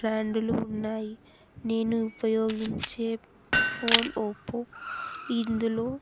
బ్రాండులు ఉన్నాయి నేను ఉపయోగించే ఫోన్ ఓప్పో ఇందులో